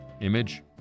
image